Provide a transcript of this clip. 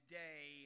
day